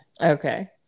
Okay